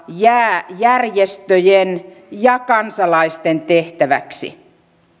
jää järjestöjen ja kansalaisten tehtäväksi